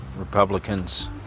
Republicans